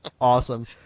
Awesome